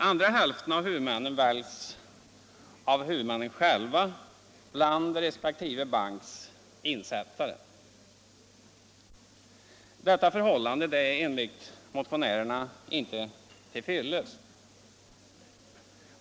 Andra hälften av huvudmännen väljs av huvudmännen själva bland resp. banks insättare. Detta förhållande är enligt motionärerna inte till fyllest.